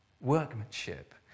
workmanship